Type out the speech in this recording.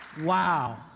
Wow